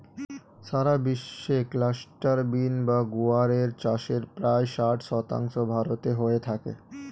সারা বিশ্বে cluster bean বা গুয়ার এর চাষের প্রায় ষাট শতাংশ ভারতে হয়ে থাকে